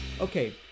Okay